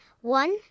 one